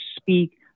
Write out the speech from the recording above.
speak